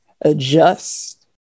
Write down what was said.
adjust